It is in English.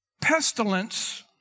Pestilence